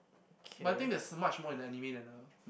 but I think there's so much more in anime than the